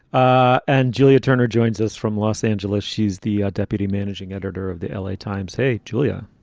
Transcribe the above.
ah and julia turner joins us from los angeles. she's the ah deputy managing editor of the l a. times. hey, julia.